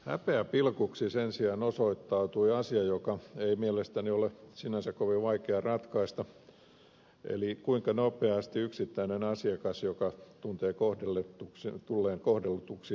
häpeäpilkuksi sen sijaan osoittautui asia joka ei mielestäni ole sinänsä kovin vaikea ratkaista eli se kuinka nopeasti kela reagoi kun yksittäinen asiakas tuntee tulleensa kohdelluksi väärin